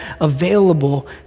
available